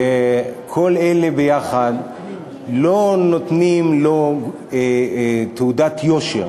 וכל אלה יחד לא נותנים לו תעודת יושר.